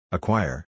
Acquire